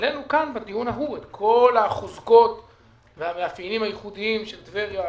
העלינו כאן בדיון ההוא את כל החוזקות והמאפיינים הייחודים של טבריה